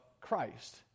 Christ